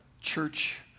church